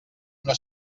una